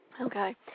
Okay